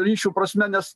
ryšių prasme nes